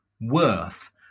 worth